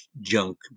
Junk